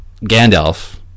gandalf